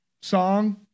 song